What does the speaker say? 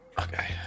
okay